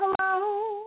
Hello